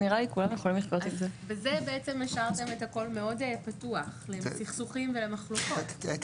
מירה סלומון, מרכז השלטון